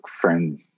friend